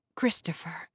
Christopher